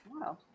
Wow